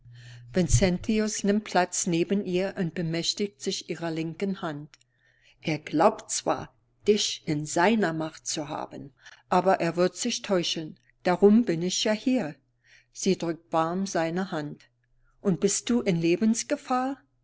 vincentius nimmt platz neben ihr und bemächtigt sich ihrer linken hand er glaubt zwar dich in seiner macht zu haben aber er wird sich täuschen darum bin ich ja hier sie drückt warm seine hand und bist du in lebensgefahr